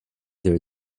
their